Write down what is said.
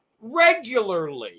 regularly